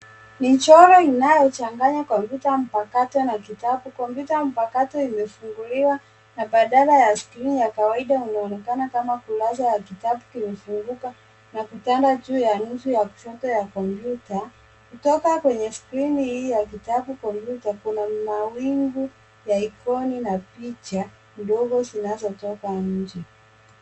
Michoro inayochanganya kompyuta mpakato na kitabu. Kompyuta mpakato imefunguliwa, na badala ya skrini ya kawaida inaonekana kama kurasa ya kitabu kimefunguka na kutanda juu ya nusu yakushoto ya kompyuta. Kutoka kwenye skrini hii ya kitabu kompyuta kuna mawingu ya ikoni na picha kidogo zinazotoka nje.